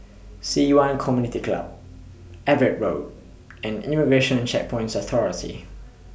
Ci Yuan Community Club Everitt Road and Immigration Checkpoints Authority